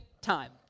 time